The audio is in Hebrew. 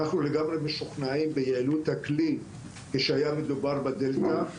אנחנו לגמרי משוכנעים ביעילות הכלי כשהיה מדובר בדלתא,